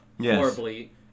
Horribly